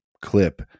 clip